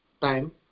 time